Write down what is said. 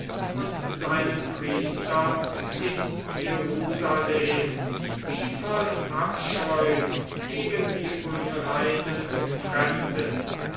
und seinen priestern in jerusalem wie voll abscheu gegen die unreinen fremden